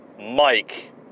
Mike